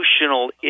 emotional